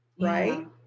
right